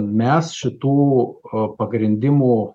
mes šitų pagrindimų